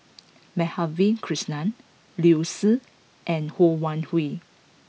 Madhavi Krishnan Liu Si and Ho Wan Hui